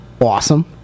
awesome